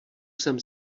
sem